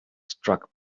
struck